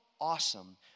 awesome